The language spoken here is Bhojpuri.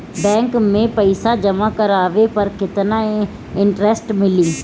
बैंक में पईसा जमा करवाये पर केतना इन्टरेस्ट मिली?